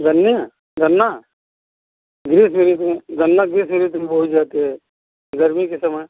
गर्मी में गन्ना ग्रीष्म ऋतु गन्ना ग्रीष्म ऋतु में बोई जाती है गर्मी के समय